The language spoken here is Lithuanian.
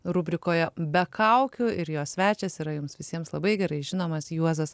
rubrikoje be kaukių ir jos svečias yra jums visiems labai gerai žinomas juozas